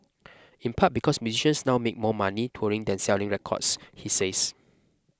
in part because musicians now make more money touring than selling records he says